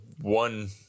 one